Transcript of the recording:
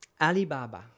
Alibaba